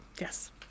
yes